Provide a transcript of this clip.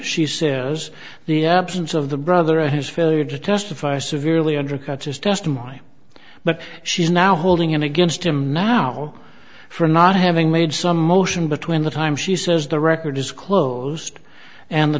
she says the absence of the brother of his failure to testify severely undercuts his testimony but she's now holding it against him now for not having made some motion between the time she says the record is closed and the